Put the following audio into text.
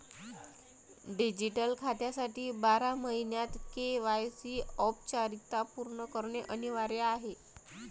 digital खात्यासाठी बारा महिन्यांत के.वाय.सी औपचारिकता पूर्ण करणे अनिवार्य आहे